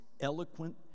eloquent